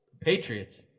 Patriots